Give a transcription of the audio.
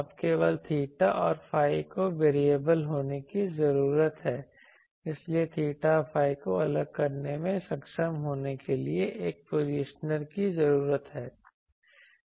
अब केवल थीटा और phi को वेरिएबल होने की जरूरत है इसलिए थीटा phi को अलग करने में सक्षम होने के लिए एक पोजिशनर की जरूरत है